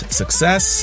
success